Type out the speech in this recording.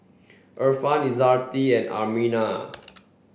Irfan Izzati and Aminah